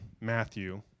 Matthew